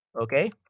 Okay